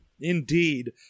Indeed